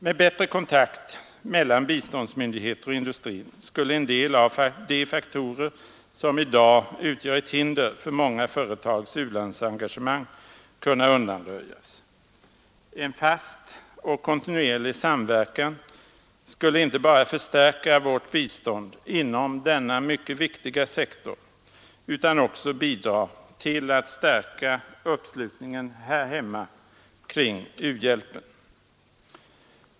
Med bättre kontakt mellan biståndsmyndigheterna och industrin skulle också en del av de faktorer som i dag utgör ett hinder för många företags u-landsengagemang kunna undanröjas. Dessutom skulle en fast och kontinuerlig samverkan inte bara förstärka vårt bistånd inom denna mycket viktiga sektor utan också bidra till att stärka uppslutningen här hemma kring u-hjälpen.